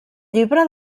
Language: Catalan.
llibre